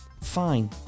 fine